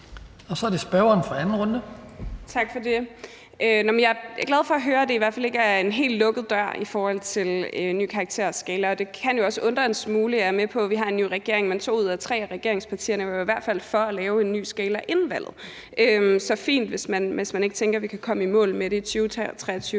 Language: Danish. Kl. 17:47 Astrid Carøe (SF): Tak for det. Jeg er glad for at høre, at det i hvert fald ikke er en helt lukket dør i forhold til en ny karakterskala, men det kan også undre en smule. Jeg er med på, at vi har en ny regering, men to ud af tre af regeringspartierne var jo i hvert fald for at lave en ny skala inden valget. Så det er fint, hvis man ikke tænker, vi kan komme i mål med det i løbet